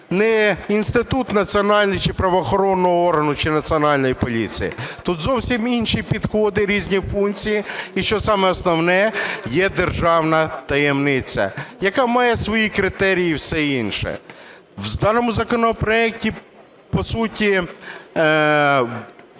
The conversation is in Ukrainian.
не інститут національного правоохоронного органу чи Національної поліції, тут зовсім інші підходи, різні функції. І що саме основне, є державна таємниця, яка має свої критерії і все інше. В даному законопроекті по суті